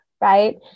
Right